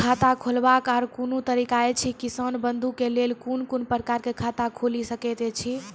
खाता खोलवाक आर कूनू तरीका ऐछि, किसान बंधु के लेल कून कून प्रकारक खाता खूलि सकैत ऐछि?